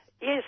Yes